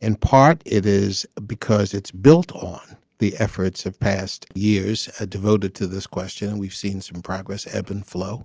in part it is because it's built on the efforts of past years ah devoted to this question and we've seen some progress. ebb and flow